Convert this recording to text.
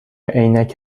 عینک